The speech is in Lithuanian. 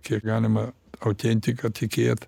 kiek galima autentika tikėt